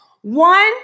One